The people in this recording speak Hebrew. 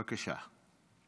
בבקשה.